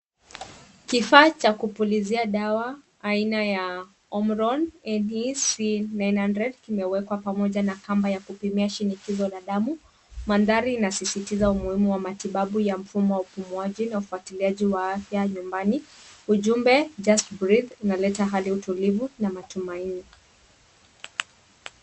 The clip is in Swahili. Kifaa cha kupulizia dawa aina ya umbron a d c 900 kimewekwa pamoja na kamba ya kupimia shinikizo la damu. Mandhari inasisitiza matibabu ya mfumo wa upumuaji na ufuatiliaji wa afya ya nyumbani . Ujumbe just breath inaleta hali ya utulivu na matumaini.